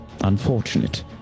Unfortunate